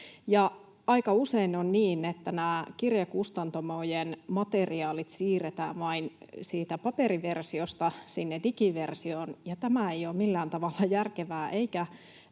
että nämä kirjakustantamojen materiaalit siirretään vain siitä paperiversiosta sinne digiversioon, ja tämä ei ole millään tavalla järkevää